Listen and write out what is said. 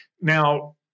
Now